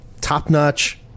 Top-notch